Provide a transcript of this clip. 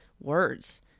words